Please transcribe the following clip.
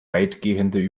weitgehende